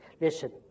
Listen